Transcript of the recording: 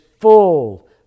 full